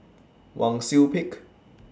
Wang Sui Pick